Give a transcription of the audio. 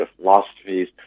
philosophies